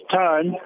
time